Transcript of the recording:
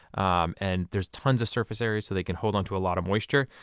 um and there's tons of surface area so they can hold on to a lot of moisture.